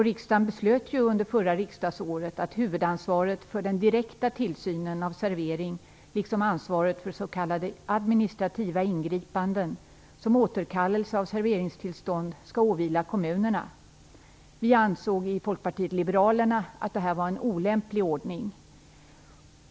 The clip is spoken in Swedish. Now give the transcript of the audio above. Riksdagen beslöt under förra riksmötet att huvudansvaret för den direkta tillsynen av servering liksom ansvaret för s.k. administrativa ingripanden, såsom återkallelse av serveringstillstånd, skall åvila kommunerna. Vi i Folkpartiet liberalerna ansåg att detta var en olämplig ordning.